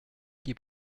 qui